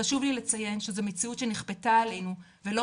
חשוב לי לציין שזו מציאות שנכפתה עלינו ולא